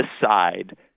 decide